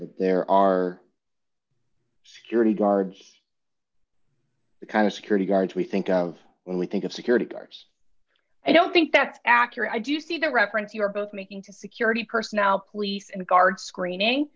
there are security guards the kind of security guards we think of when we think of security guards i don't think that's accurate i do see the reference you are both making to security personnel police and guard screening